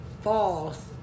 False